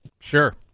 sure